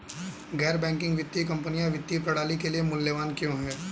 गैर बैंकिंग वित्तीय कंपनियाँ वित्तीय प्रणाली के लिए मूल्यवान क्यों हैं?